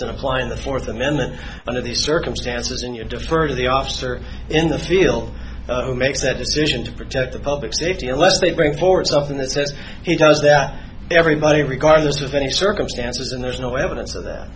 applying the fourth amendment under these circumstances and you defer to the officer in the field who makes that decision to protect the public safety unless they bring forth something that says he does that everybody regardless of any circumstances and there's no evidence of that